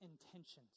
intentions